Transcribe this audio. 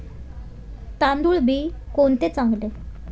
तांदूळ बी कोणते चांगले?